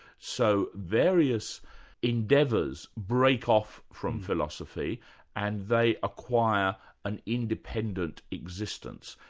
so various endeavours break off from philosophy and they acquire an independent existence,